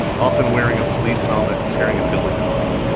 often wearing a police helmet and carrying a billy club.